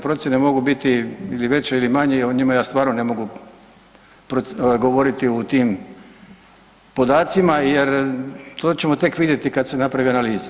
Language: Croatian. Procjene mogu biti ili veće ili manje, o njima ja stvarno ne mogu govoriti o tim podacima jer to ćemo tek vidjeti kad se napravi analiza.